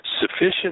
Sufficient